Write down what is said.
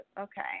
okay